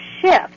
shift